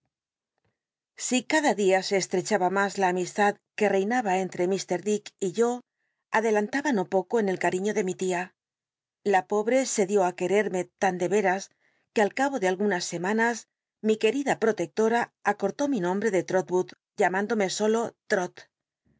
si cada dia se eslrerhaha mas la amistad que j'cinaba entre mr dick y yo adelantnba no poco en el cariño de mi tia la pobre se dió á quererme tan de eras que al cabo de algunas semanas mi que protectora acortó mi nombre de ti'otwood llamándome solo